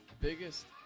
biggest